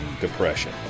depression